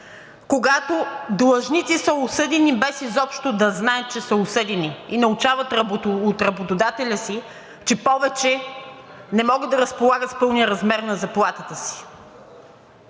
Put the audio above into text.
когато длъжници са осъдени, без изобщо да знаят, че са осъдени и научават от работодателя си, че повече не могат да разполагат с пълния размер на заплатата си.